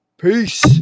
Peace